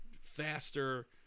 faster